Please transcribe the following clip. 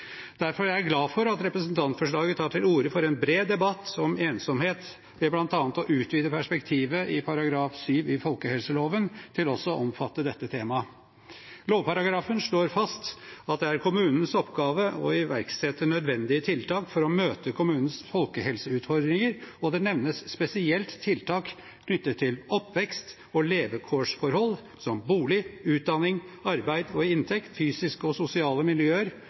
Derfor er jeg glad for at representantforslaget tar til orde for en bred debatt om ensomhet ved bl.a. å utvide perspektivet i § 7 i folkehelseloven til også å omfatte dette temaet. Lovparagrafen slår fast at det er kommunens oppgave å iverksette nødvendige tiltak for å møte kommunens folkehelseutfordringer, og det nevnes spesielt tiltak knyttet til oppvekst- og levekårsforhold som bolig, utdanning, arbeid og inntekt, fysiske og sosiale miljøer,